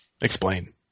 explain